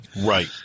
Right